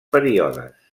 períodes